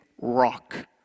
rock